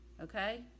okay